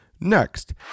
Next